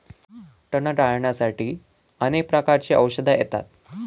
तण टाळ्याण्यासाठी अनेक प्रकारची औषधा येतत